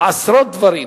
עשרות דברים.